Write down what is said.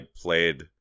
played